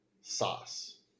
sauce